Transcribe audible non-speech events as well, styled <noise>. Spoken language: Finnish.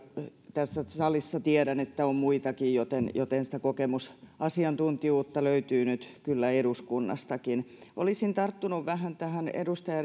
tässä salissa on muitakin joten joten sitä kokemusasiantuntijuutta löytyy nyt kyllä eduskunnastakin olisin tarttunut vähän tähän edustaja <unintelligible>